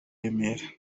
remera